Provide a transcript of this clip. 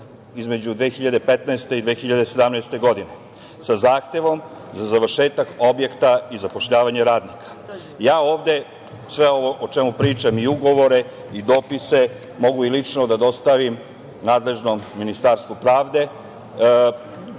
između 2015. i 2017. godine, a sa zahtevom za završetak objekta i zapošljavanje radnika. Sve ovo o čemu pričam i ugovore i dopise mogu i lično da dostavim nadležnom Ministarstvu pravde,